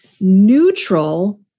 neutral